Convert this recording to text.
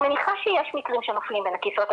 אני מניחה שיש מקרים שנופלים בין הכיסאות,